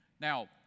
Now